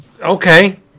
okay